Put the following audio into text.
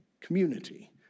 community